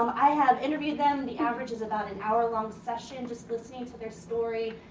um i have interviewed them. the average is about an hour-long session just listening to their story.